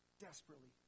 desperately